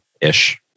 ish